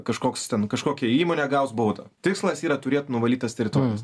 kažkoks ten kažkokia įmonė gaus baudą tikslas yra turėt nuvalytas teritorijas